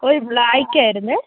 ഒരു ബ്ലാക്ക് ആയിരുന്നു